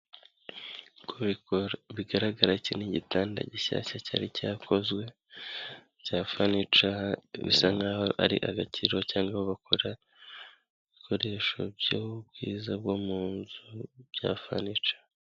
Uko bigaragara iki ni igitanda gishyashya cyari cyakozwe cya fanica, bisa nk'aho ari agakiriro cyangwa aho bakorera ibikoresho by'ubwiza bwo munzu bya fanica.